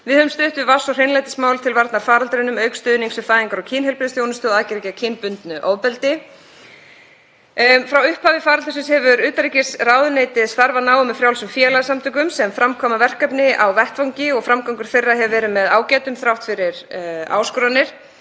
Við höfum stutt við vatns- og hreinlætismál til varnar faraldrinum, auk stuðnings við fæðingar- og kynheilbrigðisþjónustu og aðgerðir gegn kynbundnu ofbeldi. Frá upphafi faraldursins hefur utanríkisráðuneytið starfað náið með frjálsum félagasamtökum sem framkvæma verkefni á vettvangi og hefur framgangur þeirra verið með ágætum þrátt fyrir áskoranir.